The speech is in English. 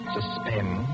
Suspend